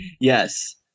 Yes